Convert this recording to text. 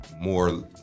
more